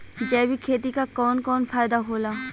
जैविक खेती क कवन कवन फायदा होला?